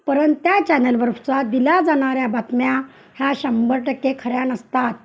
परंतु त्या चॅनल बर्फचा दिला जाणाऱ्या बातम्या ह्या शंभर टक्के खऱ्या नसतात